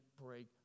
break